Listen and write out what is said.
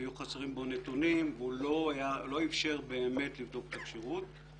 היו חסרים בו נתונים והוא לא אפשר באמת לבדוק את הכשירות.